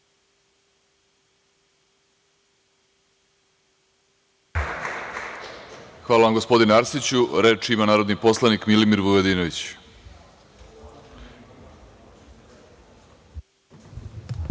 Hvala vam, gospodine Arsiću. Reč ima narodni poslanik Milimir Vujadinović.